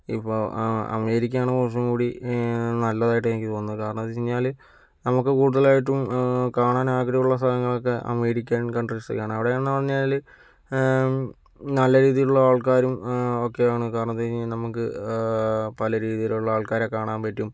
ഇപ്പോൾ ആ അമേരിക്കയാണ് കുറച്ചും കൂടി നല്ലതായിട്ട് എനിക്ക് തോന്നുന്നത് കാരണംന്താച്ചു കഴിഞ്ഞാല് നമുക്ക് കൂടുതലായിട്ടും കാണാൻ ആഗ്രഹമുള്ള സ്ഥലങ്ങളൊക്കെ അമേരിക്കൻ കൺട്രീസിലാണ് അവിടേണ്ന്ന് പറഞ്ഞാല് നല്ല രീതിയിലുള്ള ആൾക്കാരും ഒക്കെയാണ് കാരണംന്താ കഴിഞ്ഞാ നമുക്ക് പല രീതിയിലുള്ള ആൾക്കാരെ കാണാൻ പറ്റും